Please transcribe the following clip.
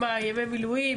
עם ימי המילואים,